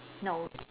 no